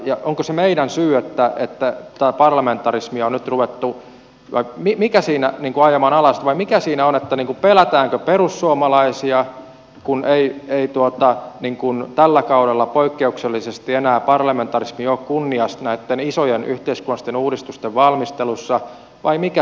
ja onko se meidän syymme että parlamentarismia on nyt ruvettu niin kuin ajamaan alas vai mikä siinä on pelätäänkö perussuomalaisia kun ei tällä kaudella poikkeuksellisesti enää parlamentarismi ole kunniassa näitten isojen yhteiskunnallisten uudistusten valmistelussa vai mikä siinä on